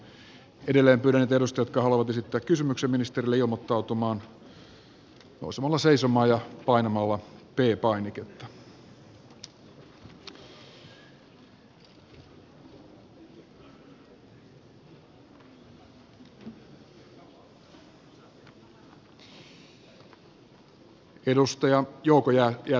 pyydän niitä edustajia jotka haluavat esittää kysymyksen paikalla olevalle ministerille ilmoittautumaan painamalla p painiketta ja nousemalla seisomaan